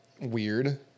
Weird